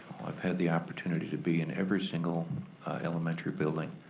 i've have the opportunity to be in every single elementary building,